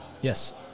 Yes